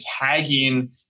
tagging